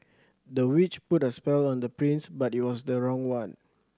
the witch put a spell on the prince but it was the wrong one